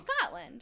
Scotland